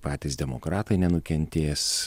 patys demokratai nenukentės